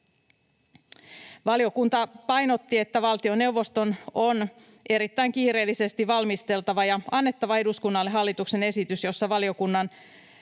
Valiokunta painotti, että valtioneuvoston on erittäin kiireellisesti valmisteltava ja annettava eduskunnalle hallituksen esitys, jossa valiokunnan